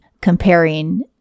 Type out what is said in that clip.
comparing